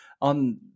on